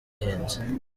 ihenze